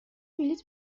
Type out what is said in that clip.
بلیط